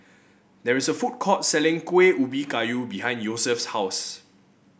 there is a food court selling Kuih Ubi Kayu behind Yosef's house